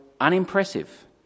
unimpressive